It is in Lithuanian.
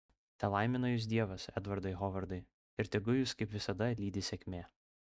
telaimina jus dievas edvardai hovardai ir tegu jus kaip visada lydi sėkmė